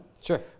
Sure